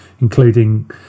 including